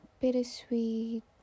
bittersweet